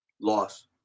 Loss